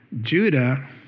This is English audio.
Judah